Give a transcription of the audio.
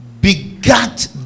begat